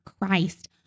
Christ